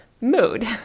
mood